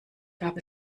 gab